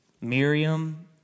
Miriam